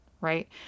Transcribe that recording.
right